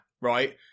right